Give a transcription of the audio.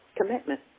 commitment